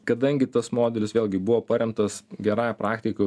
kadangi tas modelis vėlgi buvo paremtas gerąja praktika